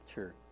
Sure